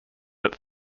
that